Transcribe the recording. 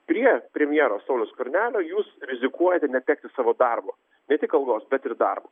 prie premjero sauliaus skvernelio jūs rizikuojate netekti savo darbo ne tik algos bet ir darbo